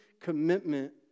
commitment